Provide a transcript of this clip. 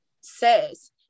says